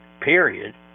period